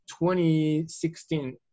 2016